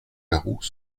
garous